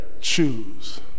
Choose